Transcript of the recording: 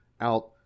out